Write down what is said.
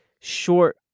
short